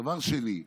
דבר שני,